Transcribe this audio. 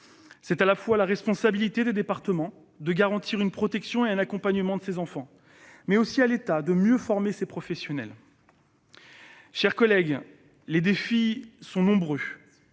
C'est à la fois la responsabilité des départements de garantir une protection et un accompagnement de ces enfants, mais aussi à l'État de mieux former les professionnels. Mes chers collègues, les défis sont nombreux.